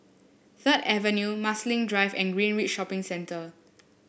Third Avenue Marsiling Drive and Greenridge Shopping Centre